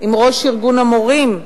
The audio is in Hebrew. עם ראש ארגון המורים,